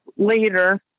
later